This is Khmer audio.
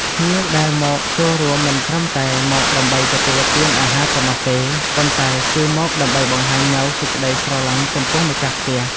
ភ្ញៀវដែលមកចូលរួមមិនត្រឹមតែមកដើម្បីទទួលទានអាហារប៉ុណ្ណោះទេ ប៉ុន្តែគឺមកដើម្បីបង្ហាញនូវសេចក្តីស្រឡាញ់ចំពោះម្ចាស់ផ្ទះ។